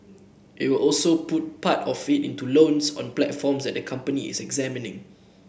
it will also put part of it into loans on platforms that the company is examining